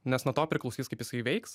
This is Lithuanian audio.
nes nuo to priklausys kaip jisai veiks